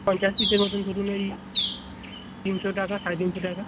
পঞ্চাশ পিসের মতোন ধরুন ওই তিনশো টাকা সাড়ে তিনশো টাকা